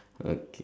okay